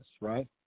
right